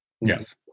Yes